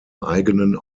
eigenen